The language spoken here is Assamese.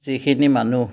যিখিনি মানুহ